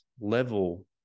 level